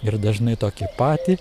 ir dažnai tokį patį